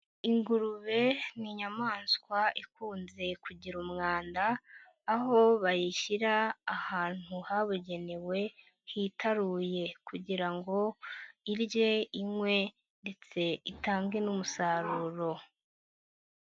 Ingurube ni iyamaswa ikunze kugira umwanda, aho bayishyira ahantu habugenewe, hitaruye kugira ngo irye inywe ndetse itange n'umusaruro.